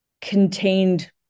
contained